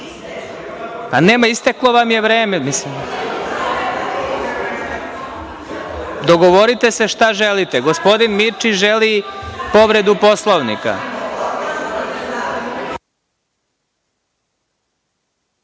isteklo vam je vreme. Dogovorite se šta želite. Gospodin Mirčić želi povredu Poslovnika.